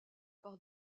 par